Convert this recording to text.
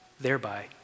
thereby